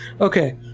okay